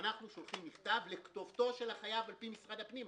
אנחנו שולחים מכתב לכתובתו של החייב לפי משרד הפנים,